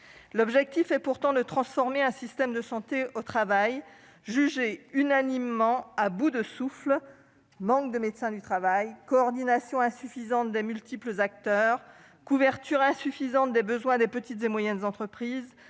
: il s'agit de transformer un système de santé au travail jugé unanimement à bout de souffle- manque de médecins du travail, coordination insuffisante des multiples acteurs, couverture imparfaite des besoins des petites et moyennes entreprises,